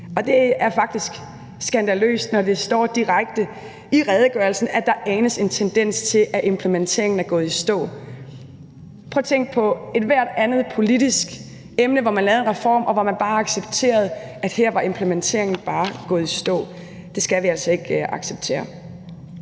Det er faktisk skandaløst, når det står direkte i redegørelsen, at der anes en tendens til, at implementeringen er gået i stå. Tænk bare, hvis man ved ethvert andet politisk emne, hvor man lavede en reform, bare accepterede, at her var implementeringen bare gået i stå; Det skal vi altså ikke acceptere.